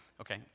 Okay